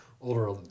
older